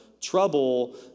trouble